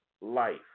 life